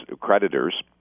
creditors